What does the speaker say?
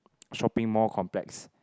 shopping mall complex